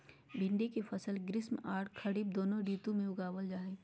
भिंडी के फसल ग्रीष्म आर खरीफ दोनों ऋतु में उगावल जा हई